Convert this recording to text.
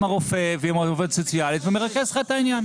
הרופא ועם העובד הסוציאלי ומרכז לך את העניין.